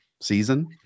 season